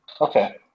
Okay